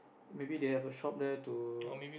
maybe they have a shop there to